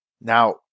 Now